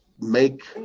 make